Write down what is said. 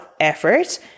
effort